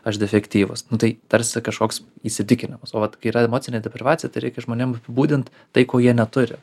aš defektyvus nu tai tarsi kažkoks įsitikinimas o vat kai yra emocinė deprivacija tą reikia žmonėm būdint tai ko jie neturi